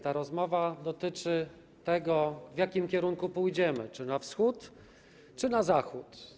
Ta rozmowa dotyczy tego, w jakim kierunku pójdziemy: czy na wschód, czy na zachód.